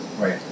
Right